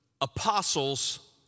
apostles